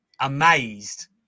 amazed